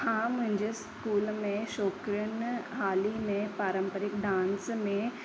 हा मुंहिंजे स्कूल में छोकिरियुनि हाल ई में पारम्परिकु डांस में